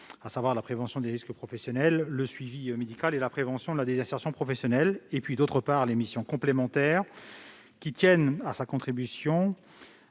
à savoir la prévention des risques professionnels, le suivi médical et la prévention de la désinsertion professionnelle et, d'autre part, les missions complémentaires du SPST, qui tiennent à sa contribution